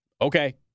okay